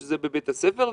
שזה בבית הספר,